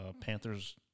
Panthers